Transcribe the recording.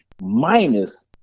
minus